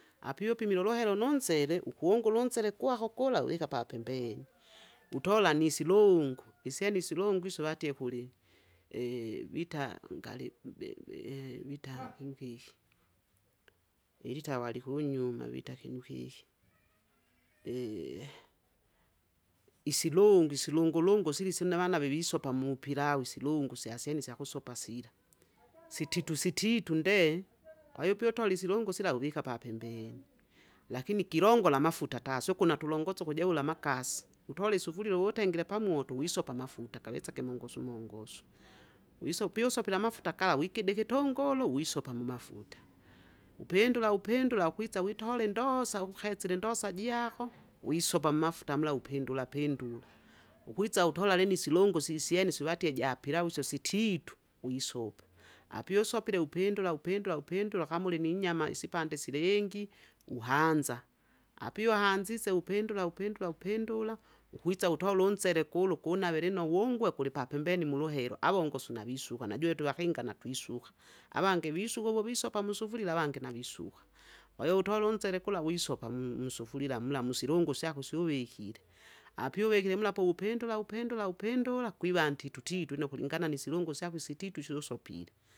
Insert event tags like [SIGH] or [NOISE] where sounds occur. Api upimile uluhero nunsele! ukunguunsele kwako kula uvika papembeni, [NOISE] utola nisilungu, [NOISE] isyeni isirungu isyo watie kuli, [HESITATION] vita ngali mbebe [HESITATION] wita [NOISE] kinu kiki? Ilitawa walikunyuma vita kinu kiki [NOISE] [HESITATION] isirungu isirungurungu sili sinavana vevisopa mupilau isirungu syasyene syakusopa sila. [NOISE] Sititu sititu ndee, [NOISE] kwahiyo pia utole isirungu sila uvika papembeni. [NOISE] Lakini kilongola amafuta tasi uku natulongosa ukujeula amakasi, [NOISE] utole isufurila uvutengile pamoto wisopa amafuta, kawesage mongosu mongosu. Wisopi piusopile amafuta kala wikide ikitunguru wisopa mumafuta, upindula upindula akwisa witole indosa ukesile indosa jiako wisopa mmafuta mula upindula pindula, ukwisa utola lini isilongosi isyene isi watie japilau isyo sititu wisopa. Api usopile upindula upindula upindula kama kama ulininyama isipande silengi, uhanza, api uhanzise upindula upindul aupindula! ukwisa utola unsele gula ukunave lino wungwe kulipapembeni muluhelwa avongosu navisuka, najuwe twevakinga natwisuka. Avangi wisuka uvusopa musufurila avangi navisuka, kwahiyo utola unsele kula wisopa mu- musufurila mula musilungo syako syu uvikire, api uvikire mula po- uvupindula upindula upindula! kwiva ntitutitu ino kulingana nisilungo syako isititu isi lusopil.